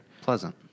Pleasant